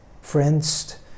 friends